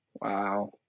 Wow